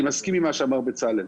אני מסכים עם מה שאמר בצלאל.